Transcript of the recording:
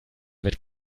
wird